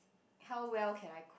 how well can I cook